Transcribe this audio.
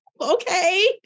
okay